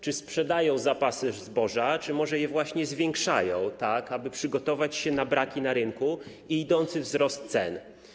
Czy sprzedają zapasy zboża, czy może je właśnie zwiększają, tak aby przygotować się na braki na rynku i idący wzrost cen?